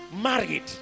married